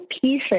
pieces